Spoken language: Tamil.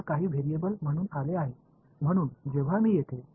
அது சில வேரிஅபுள் ஆக வந்தது